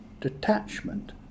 detachment